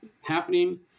happening